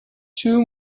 two